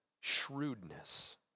shrewdness